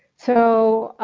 so,